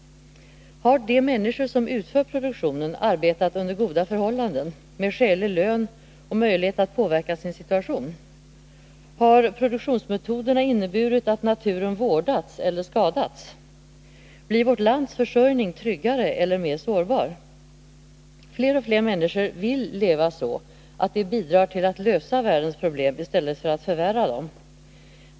Har de människor som utfört produktionen arbetat under goda förhållanden, med skälig lön och möjlighet att påverka sin situation? Har produktionsmetoderna inneburit att naturen vårdats eller skadats? Blir vårt lands försörjning tryggare eller mer sårbar? Fler och fler människor vill leva så att de bidrar till att lösa världens problem i stället för att förvärra dem.